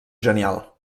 genial